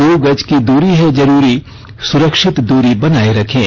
दो गज की दूरी है जरूरी सुरक्षित दूरी बनाए रखें